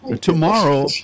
Tomorrow